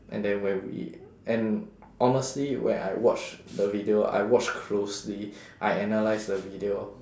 and then when we and honestly when I watched the video I watched closely I analyse the video